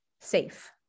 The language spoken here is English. safe